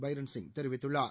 பைரன்சிங்தெரிவித்துள்ளார்